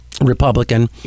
Republican